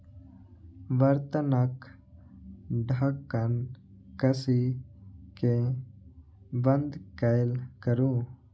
बर्तनक ढक्कन कसि कें बंद कैल करू